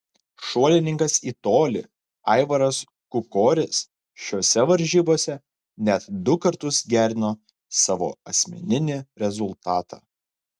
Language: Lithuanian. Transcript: šuolininkas į tolį aivaras kukoris šiose varžybose net du kartus gerino savo asmeninį rezultatą